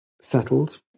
settled